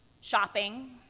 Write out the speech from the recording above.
shopping